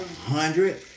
hundred